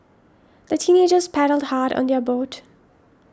the teenagers paddled hard on their boat